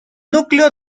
núcleo